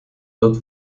dort